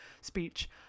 speech